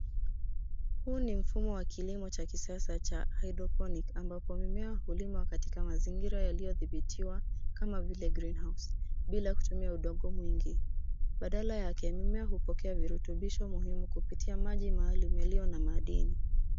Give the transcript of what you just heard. Huu ni mfumo wa kilimo cha kisasa cha hydroponic ambapo mimea hulimwa katika mazingira yaliyodhibitiwa kama vile greenhouse bila kutumia udongo mwingi. Badala yake mimea hupokea virutubisho muhimu kupitia maji maalum yaliyo na maadini.